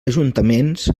ajuntaments